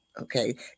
okay